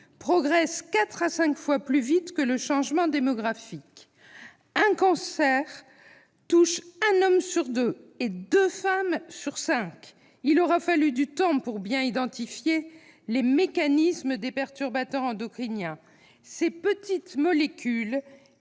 progressent quatre à cinq fois plus vite que le changement démographique. Le cancer touche un homme sur deux et deux femmes sur cinq. Il aura fallu du temps pour bien identifier les mécanismes des perturbateurs endocriniens, ces petites molécules